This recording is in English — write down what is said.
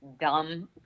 dumb